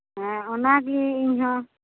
ᱦᱮᱸ ᱚᱱᱟᱜᱤ ᱤᱧᱦᱚᱸ